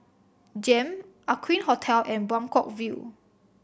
JEM Aqueen Hotel and Buangkok View